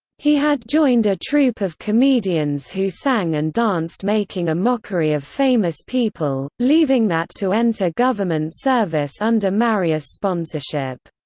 he had joined a troupe of comedians who sang and danced making a mockery of famous people, leaving that to enter government service under marius' sponsorship.